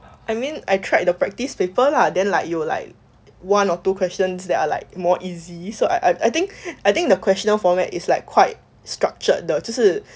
I mean I tried the practice paper lah then like 有 like one or two questions that are like more easy so I I think I think the question format is like quite structured 的就是